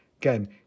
Again